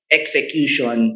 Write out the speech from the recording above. execution